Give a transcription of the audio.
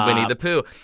winnie-the-pooh.